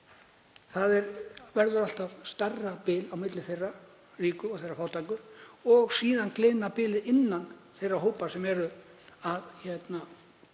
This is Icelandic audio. Það verður alltaf stærra bil á milli þeirra ríku og fátæku og síðan gliðnar bilið innan þeirra hópa sem reyna að tóra